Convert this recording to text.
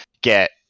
get